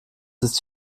ist